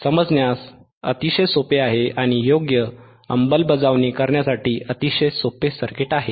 समजण्यास अतिशय सोपे आहे आणि योग्य अंमलबजावणी करण्यासाठी अतिशय सोपे सर्किट आहे